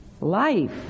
life